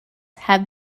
have